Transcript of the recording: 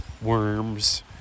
worms